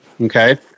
Okay